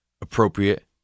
appropriate